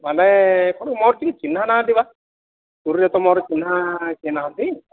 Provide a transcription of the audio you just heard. ମାନେ କ'ଣ ମୋର ଟିକେ ଚିହ୍ନା ନାହାନ୍ତି ବା ପୁରୀରେ ତ ମୋର ଚିହ୍ନା କେହି ନାହାନ୍ତି